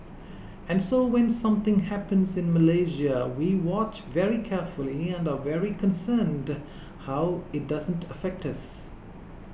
and so when something happens in Malaysia we watch very carefully and are very concerned how it doesn't affects us